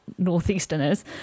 Northeasterners